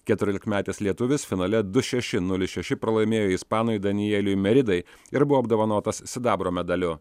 keturiolikmetis lietuvis finale du šeši nulis šeši pralaimėjo ispanui danieliui meridai ir buvo apdovanotas sidabro medaliu